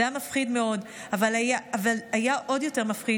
זה היה מפחיד מאוד אבל היה עוד יותר מפחיד